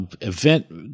event